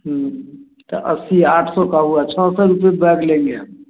तो अस्सी आठ सौ का हुआ सौ का रुपये बैग लेंगे हम